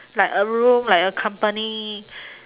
like a room like a company